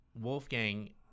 Wolfgang